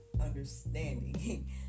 understanding